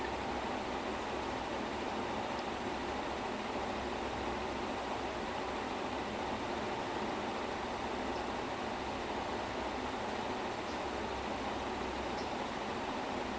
eh did you see the standup comedy I was like உங்களுக்கு எல்லாம்:ungalukku ellaam dhruv vikram யாருன்னு தெரியுமா:yaarunu theriyumaa then you know தெரியும் ரெண்டு படம் நடிச்சு இருக்கான்:theriyum rendu padam nadichu irukaan then there's guest like ரெண்டு படம் நடிச்சு இருக்கான் ஆனா நடிச்சது ஒரே ஒரு படம் தான கடைசில:rendu padam nadichu irukkaan aanaa nadichathu orae oru padam thana kadaisila